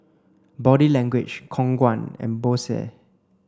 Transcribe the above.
Body Language Khong Guan and Bose